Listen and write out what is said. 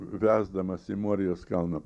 versdamas į morijos kalną